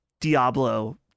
Diablo